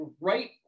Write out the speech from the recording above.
right